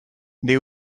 they